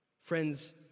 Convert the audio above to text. Friends